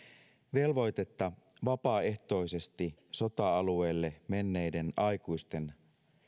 velvoitetta vapaaehtoisesti sota alueelle menneiden aikuisten